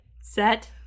set